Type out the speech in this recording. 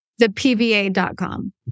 ThePVA.com